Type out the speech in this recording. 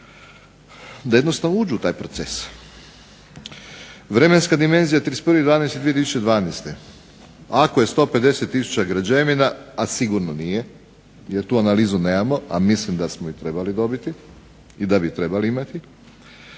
da jednostavno uđu taj proces. Vremenska dimenzija 31.12.2012. ako je 150 građevina, a sigurno nije jer tu analizu nemamo a mislim da je smo je trebali dobiti i da bi trebali imati,